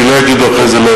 שלא יגידו אחרי זה,